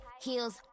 heels